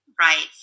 right